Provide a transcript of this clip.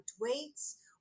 weights